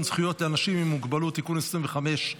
זכויות לאנשים עם מוגבלות (תיקון מס' 25),